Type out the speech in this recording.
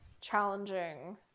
challenging